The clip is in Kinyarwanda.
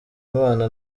imana